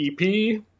EP